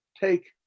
Take